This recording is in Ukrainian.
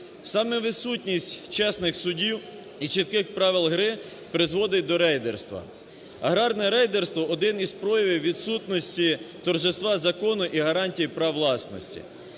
Саме відсутність чесних судів і чітких правил гри призводить до рейдерства. Аграрне рейдерство – один із проявів відсутності торжества закону і гарантій прав власності.